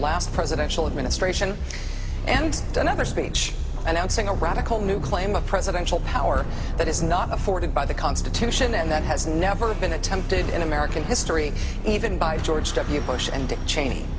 last presidential administration and another speech announcing a radical new claim of presidential power that is not afforded by the constitution and that has never been attempted in american history even by george w bush and